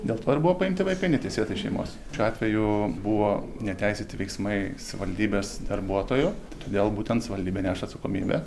dėl to ir buvo paimti vaikai neteisėtai šeimos šiuo atveju buvo neteisėti veiksmai savivaldybės darbuotojų todėl būtent savivaldybė neša atsakomybę